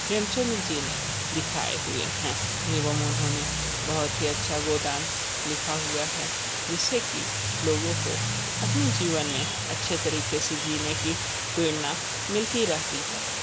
प्रेमचन्द्र जी ने दिखाए हुए हैं एवं उन्होंने बहुत ही अच्छा गोदान लिखा हुआ है जिससे कि लोगों को अपने जीवन में अच्छे तरीके से जीने की प्रेरणा मिलती रहती है